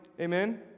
Amen